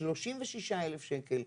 36,000 שקל,